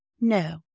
No